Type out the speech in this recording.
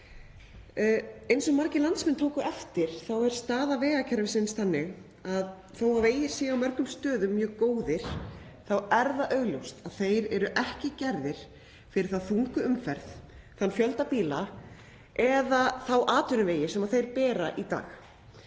Eins og margir landsmenn tóku eftir er staða vegakerfisins þannig að þó að vegir séu á mörgum stöðum mjög góðir þá er augljóst að þeir eru ekki gerðir fyrir þá þungu umferð, þann fjölda bíla eða þá atvinnuvegi sem þeir bera í dag.